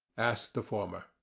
asked the former.